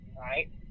right